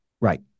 Right